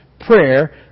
prayer